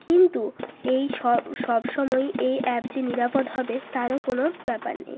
কিন্তু এই সব সময়ই এই অ্যাপ যে নিরাপদ হবে তারও কোনো ব্যাপার নেই